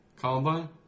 Columbine